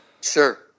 sure